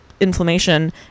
inflammation